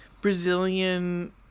Brazilian